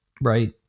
right